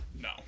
No